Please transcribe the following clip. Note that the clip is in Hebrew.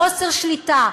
חוסר השליטה,